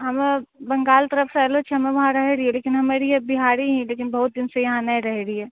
हमे बंगाल तरफ से आयलो छियै हमे वहाँ रहै रहियै लेकिन हमे रहियै बिहारी ही लेकिन बहुत दिन से यहाँ नहि रहै रहियै